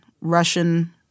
Russian